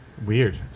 Weird